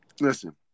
Listen